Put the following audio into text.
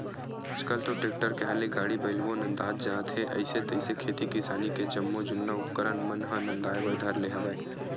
आल कल तो टेक्टर के आय ले गाड़ो बइलवो नंदात जात हे अइसे तइसे खेती किसानी के जम्मो जुन्ना उपकरन मन ह नंदाए बर धर ले हवय